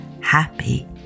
happy